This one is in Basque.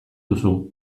duzu